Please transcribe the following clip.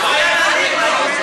מה זה,